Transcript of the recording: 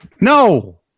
No